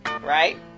right